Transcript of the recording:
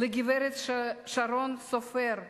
לגברת שרון סופר,